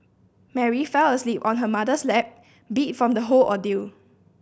Mary fell asleep on her mother's lap beat from the whole ordeal